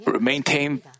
maintain